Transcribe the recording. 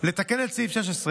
לתקן את סעיף 16,